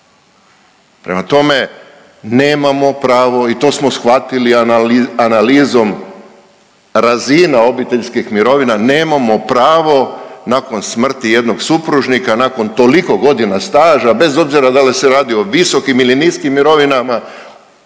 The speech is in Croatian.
Prema tome, nemamo pravo i to smo shvatili analizom razina obiteljskih mirovina, nemamo pravo nakon smrti jednog supružnika, nakon toliko godina staža bez obzira da li se radi o visokim ili niskim mirovinama